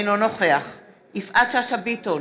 אינו נוכח יפעת שאשא ביטון,